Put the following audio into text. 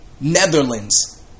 Netherlands